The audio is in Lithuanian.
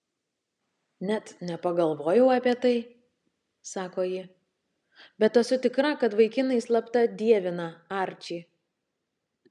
net nepagalvojau apie tai sako ji bet esu tikra kad vaikinai slapta dievina arčį